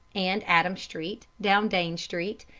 and adam street, down dane street,